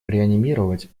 реанимировать